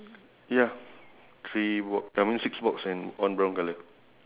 um so I think there's only five different